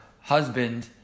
husband